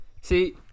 See